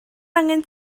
angen